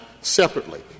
separately